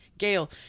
Gail